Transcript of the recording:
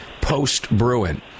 post-Bruin